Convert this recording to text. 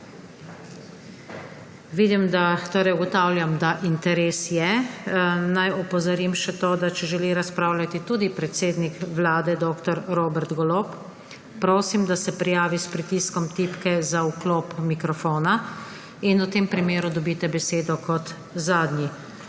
Ugotavljam, da interes je. Naj opozorim še to, da če želi razpravljati tudi predsednik Vlade dr. Robert Golob, prosim, da se prijavi s pritiskom tipke za vklop mikrofona. V tem primeru dobite besedo kot zadnji.